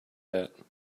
that